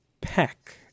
Peck